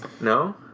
No